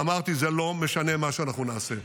ואמרתי, זה לא משנה מה שאנחנו נעשה.